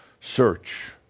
search